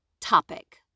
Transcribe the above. topic